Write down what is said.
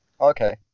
Okay